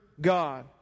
God